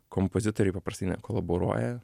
kompozitoriai paprastai nekolaboruoja